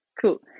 Cool